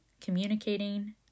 communicating